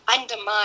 undermine